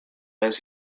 jest